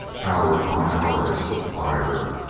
hour upon hour had slipped by her.